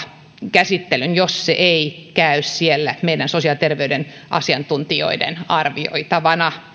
käsittelyä jos se ei käy siellä meidän sosiaali ja terveydenhuollon asiantuntijoiden arvioitavana